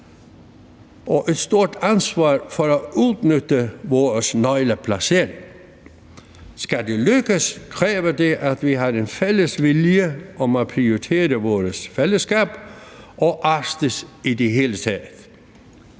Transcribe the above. og et stort ansvar for at udnytte vores nøgleplacering. Skal det lykkes, kræver det, at vi har en fælles vilje til at prioritere vores fællesskab og Arktis i det hele taget.